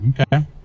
Okay